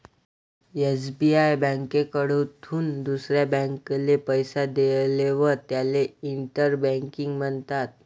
SBI ब्यांककडथून दुसरा ब्यांकले पैसा देयेलवर त्याले इंटर बँकिंग म्हणतस